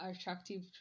attractive